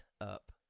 up